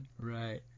Right